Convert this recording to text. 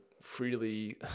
freely